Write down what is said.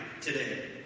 today